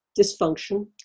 dysfunction